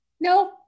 No